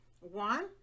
one